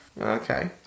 Okay